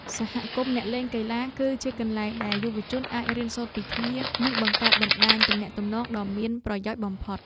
សហគមន៍អ្នកលេងកីឡា គឺជាកន្លែងដែលយុវជនអាចរៀនសូត្រពីគ្នា និងបង្កើតបណ្តាញទំនាក់ទំនងដ៏មានប្រយោជន៍បំផុត។